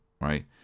right